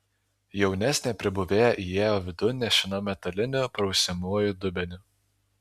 jaunesnė pribuvėja įėjo vidun nešina metaliniu prausiamuoju dubeniu